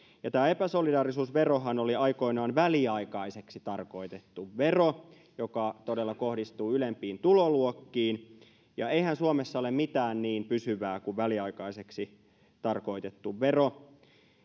tämä epäsolidaarisuusverohan oli aikoinaan väliaikaiseksi tarkoitettu vero joka todella kohdistuu ylempiin tuloluokkiin ja eihän suomessa ole mitään niin pysyvää kuin väliaikaiseksi tarkoitettu vero